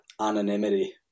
anonymity